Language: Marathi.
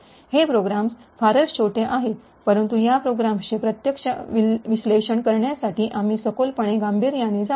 हे प्रोग्राम्स फारच छोटे आहेत परंतु या प्रोग्राम्सचे प्रत्यक्ष विश्लेषण करण्यासाठी आम्ही सखोलपणे गांभीर्याने जाऊ